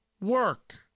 work